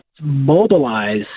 mobilize